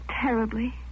terribly